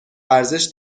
ارزش